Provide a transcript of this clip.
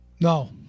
No